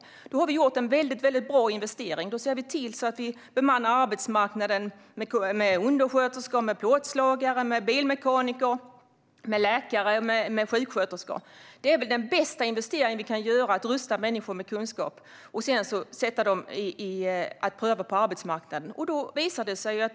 Då har vi gjort en bra investering och sett till att bemanna arbetsmarknaden med undersköterskor, plåtslagare, bilmekaniker, läkare och sjuksköterskor. Den bästa investering vi kan göra är att rusta människor med kunskap och låta dem pröva på arbetsmarknaden.